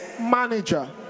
manager